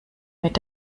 mit